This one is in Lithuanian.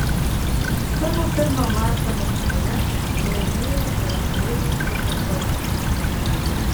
savo pirmą mačą maskvoje laimėjo ir andrejus kuznecovas